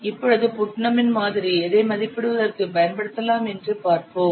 இப்பொழுது புட்னமின் மாதிரி Putnam's model எதை மதிப்பிடுவதற்குப் பயன்படுத்தலாம் என்று பார்ப்போம்